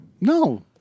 no